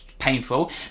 Painful